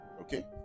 okay